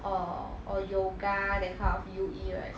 or or yoga that kind of U_E right